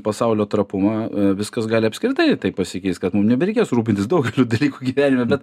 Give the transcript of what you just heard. pasaulio trapumą viskas gali apskritai taip pasikeist kad mum nebereikės rūpintis daug dalykų gyvenime bet